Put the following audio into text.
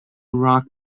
rock